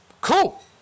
Cool